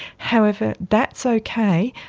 however, that's okay,